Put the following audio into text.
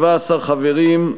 17 חברים.